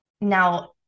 now